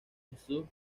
jesús